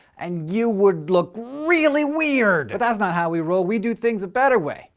and you would look really weird. but that's not how we roll we do things a better way,